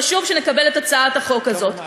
חשוב שנקבל את הצעת החוק הזאת.